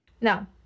No